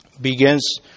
begins